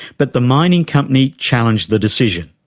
but the mining company challenged the decision.